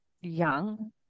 young